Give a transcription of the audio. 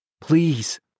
Please